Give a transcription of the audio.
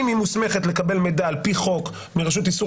אם היא מוסמכת לקבל מידע על-פי חוק מרשות איסור